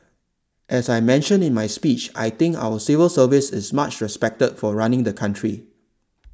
as I mentioned in my speech I think our civil service is much respected for running the country